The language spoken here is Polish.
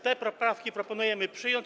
Te poprawki proponujemy przyjąć.